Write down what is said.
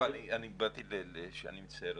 אני מצטער אדוני,